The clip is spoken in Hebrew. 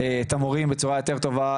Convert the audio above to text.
את המורים בצורה יותר טובה,